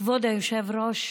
כבוד היושב-ראש,